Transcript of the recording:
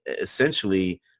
essentially